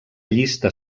llista